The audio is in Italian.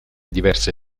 diverse